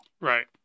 Right